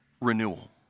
renewal